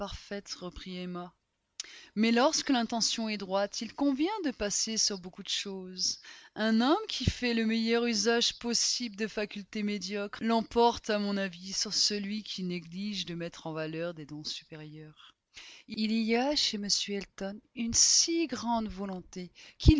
reprit emma mais lorsque l'intention est droite il convient de passer sur beaucoup de choses un homme qui fait le meilleur usage possible de facultés médiocres l'emporte à mon avis sur celui qui néglige de mettre en valeur des dons supérieurs il y a chez m elton une si grande bonne volonté